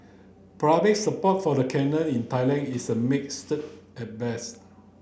public support for the canal in Thailand is a mixed at best